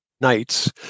nights